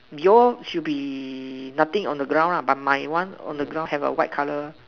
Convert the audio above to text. your should be nothing on the ground lah but my one on the ground have a white colour